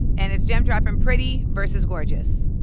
and it's jam-dropping pretty versus gorgeous.